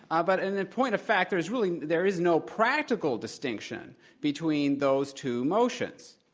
um but and in point of fact there is really there is no practical distinction between those two motions.